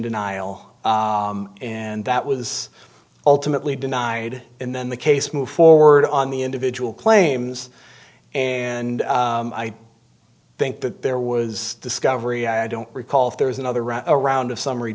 denial and that was ultimately denied and then the case moves forward on the individual claims and i think that there was discovery i don't recall if there was another run around of summary